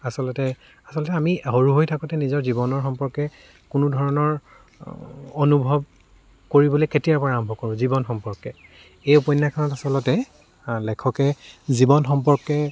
আচলতে আচলতে আমি সৰু হৈ থাকোঁতে নিজৰ জীৱনৰ সম্পৰ্কে কোনো ধৰণৰ অনুভৱ কৰিবলৈ কেতিয়াৰ পৰা আৰম্ভ কৰোঁ জীৱন সম্পৰ্কে এই উপন্যাসখনত আচলতে লেখকে জীৱন সম্পৰ্কে